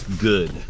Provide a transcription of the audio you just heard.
good